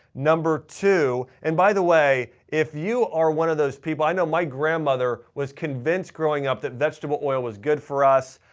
number two and by the way if you are one of those people, i know my grandmother was convinced growing up that vegetable oil was good for us.